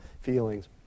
feelings